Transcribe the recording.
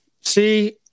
See